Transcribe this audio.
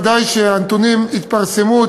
ודאי שהנתונים יתפרסמו,